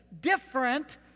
different